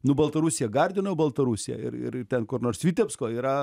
nu baltarusija gardino baltarusija ir ir ten kur nors vitebsko yra